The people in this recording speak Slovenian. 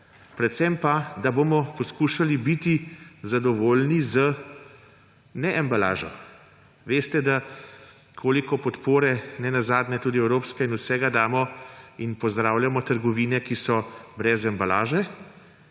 predvsem pa, da bomo poskušali biti zadovoljni z neembalažo ‒ veste, koliko podpore, nenazadnje tudi evropske in vsega, damo in pozdravljamo trgovine, ki so brez embalaže